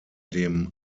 dem